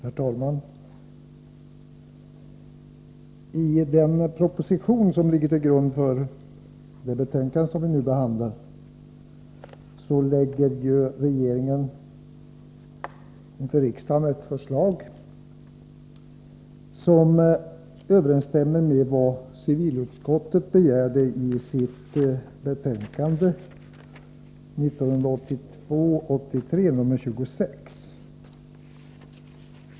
Herr talman! I den proposition som ligger till grund för det betänkande som vi nu behandlar lägger regeringen inför riksdagen ett förslag som överensstämmer med vad civilutskottet begärde i sitt betänkande 1982/83:26.